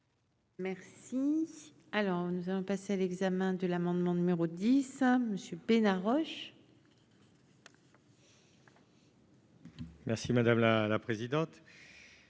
Merci, alors nous allons passer l'examen de l'amendement numéro 10 à Monsieur Bénard Roche. Merci madame la présidente,